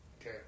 Okay